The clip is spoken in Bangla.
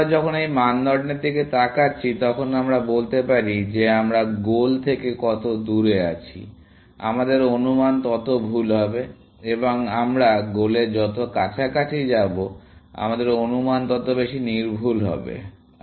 আমরা যখন এই মানদণ্ডের দিকে তাকাচ্ছি তখন আমরা বলতে পারি যে আমরা গোল থেকে যত দূরে আছি আমাদের অনুমান ততো ভুল হবে এবং আমরা গোলের যত কাছাকাছি যাব আমাদের অনুমান তত বেশি নির্ভুল হবে